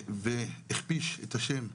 והכפיש את השם,